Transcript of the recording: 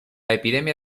epidemia